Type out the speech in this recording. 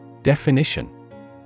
Definition